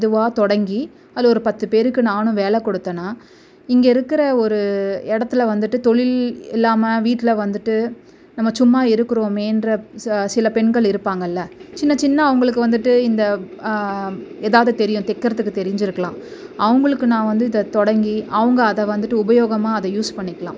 இதுவாக தொடங்கி அதில் ஒரு பத்து பேருக்கு நானும் வேலை கொடுத்தேன்னா இங்கே இருக்கிற ஒரு இடத்துல வந்துட்டு தொழில் இல்லாமல் வீட்டில வந்துட்டு நம்ம சும்மா இருக்கிறோமேன்ற ச சில பெண்கள் இருப்பாங்கள்ல சின்ன சின்ன அவங்களுக்கு வந்துட்டு இந்த எதாவது தெரியும் தைக்கிறத்துக்கு தெரிஞ்சிருக்கலாம் அவங்களுக்கு நான் வந்து இதை தொடங்கி அவங்க அதை வந்துட்டு உபயோகமாக அதை யூஸ் பண்ணிக்கலாம்